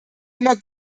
immer